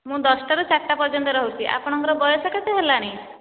ମୁଁ ଦଶଟାରୁ ଚାରିଟା ପର୍ଯ୍ୟନ୍ତ ରହୁଛି ଆପଣଙ୍କର ବୟସ କେତେ ହେଲାଣି